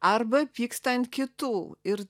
arba pyksta ant kitų ir